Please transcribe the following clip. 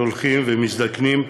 שהולכים ומזדקנים,